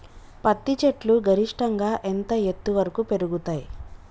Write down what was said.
పత్తి చెట్లు గరిష్టంగా ఎంత ఎత్తు వరకు పెరుగుతయ్?